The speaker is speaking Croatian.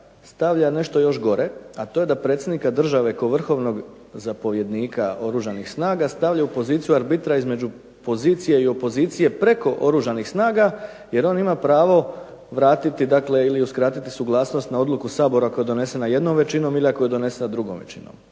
stavlja nešto još gore, a to je da predsjednika države kao vrhovnog zapovjednika Oružanih snaga stavlja u poziciju arbitra između pozicije i opozicije preko Oružanih snaga, jer on ima pravo vratiti dakle, ili uskratiti suglasnost na odluku Sabora ako je donesena jednom većinom ili ako je donesena drugom većinom.